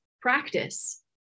practice